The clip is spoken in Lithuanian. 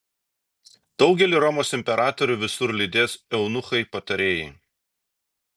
daugelį romos imperatorių visur lydės eunuchai patarėjai